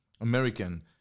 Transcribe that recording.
American